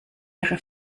ihre